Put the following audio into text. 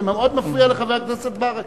זה מאוד מפריע לחבר הכנסת ברכה.